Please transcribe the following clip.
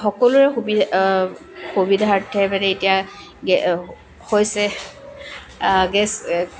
সকলোৰে সুবি সুবিধাৰ্থে মানে এতিয়া গে হৈছে গেছ